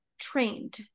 trained